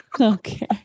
Okay